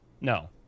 no